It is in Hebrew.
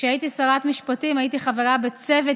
כשהייתי שרת המשפטים הייתי חברה בצוות